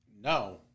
No